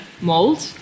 Mold